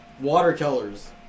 watercolors